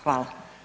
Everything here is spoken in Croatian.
Hvala.